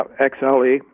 XLE